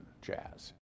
jazz